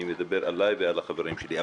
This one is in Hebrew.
אני מדבר עליי ועל החברים שלי.